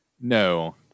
No